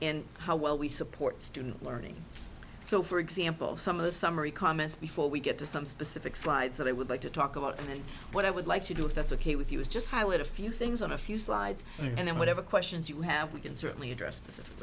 and how well we support student learning so for example some of the summary comments before we get to some specific slides that i would like to talk about and what i would like to do if that's ok with you is just how it a few things on a few slides and then whatever questions you have we can certainly address